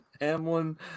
Hamlin